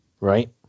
Right